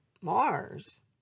Mars